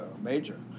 major